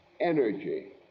energy